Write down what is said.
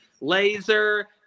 laser